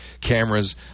cameras